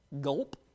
Gulp